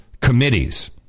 Committees